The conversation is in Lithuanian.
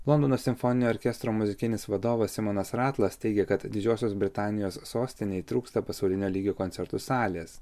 londono simfoninio orkestro muzikinis vadovas simonas ratlas teigia kad didžiosios britanijos sostinei trūksta pasaulinio lygio koncertų salės